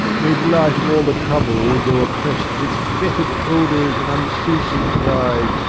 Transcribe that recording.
made light of all the trouble, though oppressed with fetid odours and unceasing cries.